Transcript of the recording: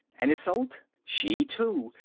and isolde? she, too,